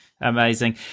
Amazing